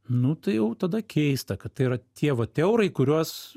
nu tai jau tada keista kad tai yra tie vat eurai kuriuos